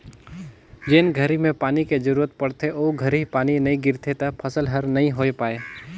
जेन घरी में पानी के जरूरत पड़थे ओ घरी पानी नई गिरथे त फसल हर नई होय पाए